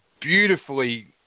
beautifully